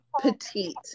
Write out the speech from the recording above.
petite